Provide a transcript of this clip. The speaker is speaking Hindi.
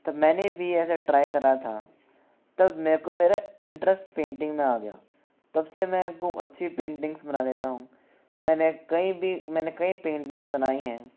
तब मैंने भी ऐसा ट्राय करा था तब मेरे को मेरा इंटरेस्ट पेंटिंग में आ गया तब से मैं को अच्छी पेंटिंग्स बना लेता हूँ मैंने कहीं भी मैंने कई पेंटिंग्स बनाई है